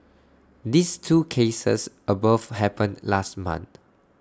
these two cases above happened last month